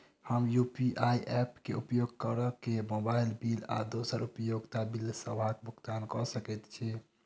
हम UPI app क उपयोग करके मोबाइल बिल आ दोसर उपयोगिता बिलसबक भुगतान कर सकइत छि